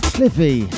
Cliffy